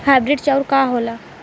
Hybrid चाउर का होला?